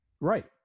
Right